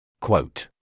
Quote